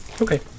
Okay